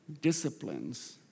disciplines